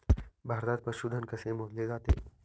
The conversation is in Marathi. भारतात पशुधन कसे मोजले जाते?